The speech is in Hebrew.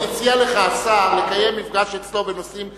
הציע לך השר לקיים מפגש אצלו בנושאים פרטניים.